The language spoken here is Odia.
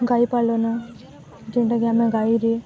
ଗାଈ ପାଳନ ଯେଉଁଟାକି ଆମେ ଗାଈରେ